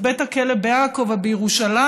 את בית הכלא בעכו ובירושלים,